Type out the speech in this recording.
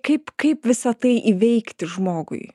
kaip kaip visa tai įveikti žmogui